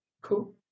Cool